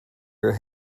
your